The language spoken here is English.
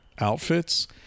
Outfits